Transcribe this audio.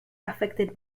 affected